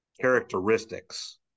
characteristics